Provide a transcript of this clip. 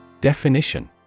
Definition